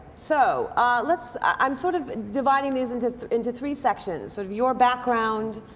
so let's i'm sort of dividing these into three into three sections. sort of your background,